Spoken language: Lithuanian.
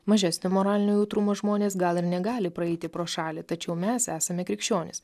mažesnio moralinio jautrumo žmonės gal ir negali praeiti pro šalį tačiau mes esame krikščionys